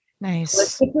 Nice